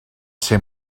ser